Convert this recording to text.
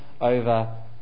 over